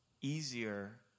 easier